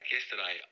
Yesterday